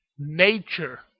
nature